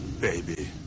baby